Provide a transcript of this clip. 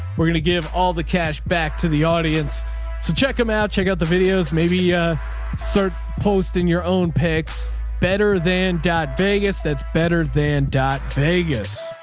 we're going to give all the cash back to the audience. so check them out, check out the videos. maybe a certain posting your own picks better than dod vegas. that's better than vegas